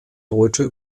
deutscher